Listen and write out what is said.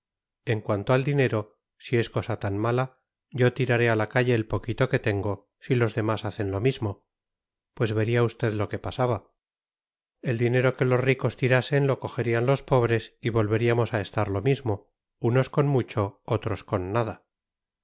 en cuanto al dinero si es cosa tan mala yo tiraré a la calle el poquito que tengo si los demás hacen lo mismo pues vería usted lo que pasaba el dinero que los ricos tirasen lo cogerían los pobres y volveríamos a estar lo mismo unos con mucho otros con nada